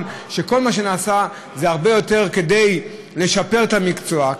שכל מה שנעשה זה הרבה יותר כדי לשפר את המקצוע,